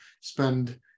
spend